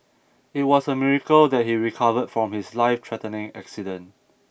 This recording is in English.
it was a miracle that he recovered from his lifethreatening accident